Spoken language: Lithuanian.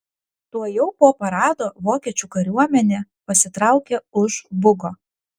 tuojau po parado vokiečių kariuomenė pasitraukė už bugo